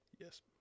Yes